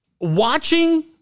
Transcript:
Watching